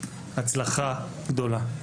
הצלחה גדולה.